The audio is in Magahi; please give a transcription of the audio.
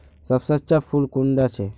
सबसे अच्छा फुल कुंडा छै?